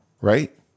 right